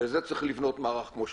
ולזה צריך לבנות מערך כמו שצריך.